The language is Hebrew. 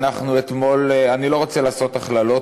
אני לא רוצה לעשות הכללות,